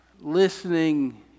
listening